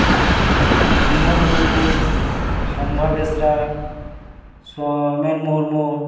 ᱵᱤᱢᱚᱞ ᱢᱩᱨᱢᱩ ᱥᱚᱱᱫᱷᱟ ᱵᱮᱥᱨᱟ ᱥᱳᱣᱢᱮᱱ ᱢᱩᱨᱢᱩ